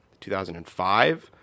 2005